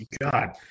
God